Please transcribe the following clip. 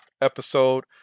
episode